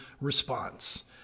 response